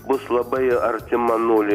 bus labai artima nuliui